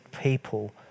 people